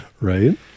Right